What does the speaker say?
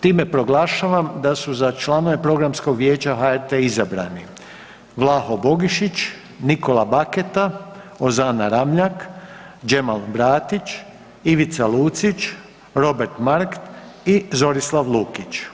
Time proglašavam da su za članove Programskog vijeća HRT-a izabrani Vlaho Bogišić, Nikola Baketa, Ozana Ramljak, Džemal Bratić, Ivica Lučić, Robert Markt i Zorislav Lukić.